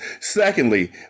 Secondly